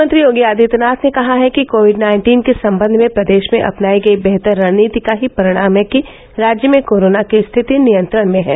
मुख्यमंत्री योगी आदित्यनाथ ने कहा है कि कोविड नाइन्टीन के सम्बन्ध में प्रदेश में अपनाई गयी बेहतर रणनीति का ही परिणाम है कि राज्य में कोरोना की स्थिति नियंत्रण में है